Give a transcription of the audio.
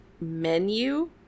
Menu